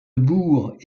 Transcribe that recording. bourg